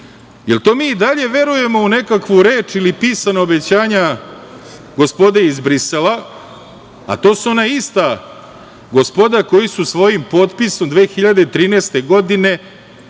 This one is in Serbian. mi to i dalje verujemo u nekakvu reč ili pisana obećanja gospode iz Brisela, a to su ona ista gospoda koja su svojim potpisom 2013. godine